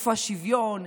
איפה השוויון,